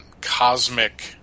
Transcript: cosmic